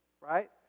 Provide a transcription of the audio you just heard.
right